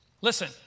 Listen